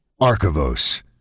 Archivos